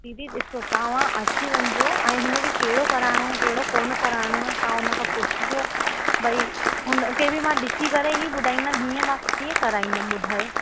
दीदी ॾिसो तव्हां अची वञिजो ऐं हुनखे कहिड़ो कराइणो आहे कहिड़ो कहिड़ो कोन्ह कराइणो आहे तव्हां उन खां पुछिजो भई हुनखे बि मां ॾिसी करे ई ॿुधाईंदमि हीअं मां कीअं कराईंदमि ॿुधायो छोकि अॼुकल्हि